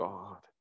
God